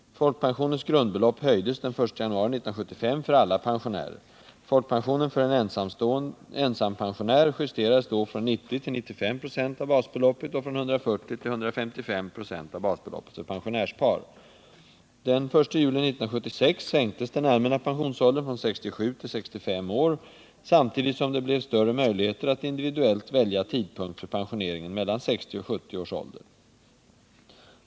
Folkpensionens grundbelopp höjdes den 1 januari 1975 för alla pensionärer. Folkpensionen för en ensampensionär justerades då från 90 till 95 96 av basbeloppet och från 140 till 155 96 av basbeloppet för pensionärspar. Den 1 juli 1976 sänktes den allmänna pensionsåldern från 67 till 65 år, samtidigt som det blev större möjligheter att individuellt välja tidpunkt för pensioneringen mellan 60 och 70 års ålder.